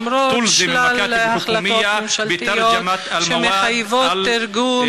למרות שלל החלטות ממשלתיות שמחייבות תרגום